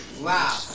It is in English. Wow